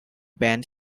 band